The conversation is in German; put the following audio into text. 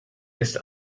ist